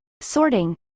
sorting